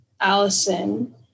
Allison